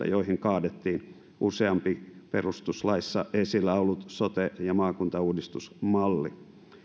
joihin kaadettiin useampi perustuslakivaliokunnassa esillä ollut sote ja maakuntauudistusmalli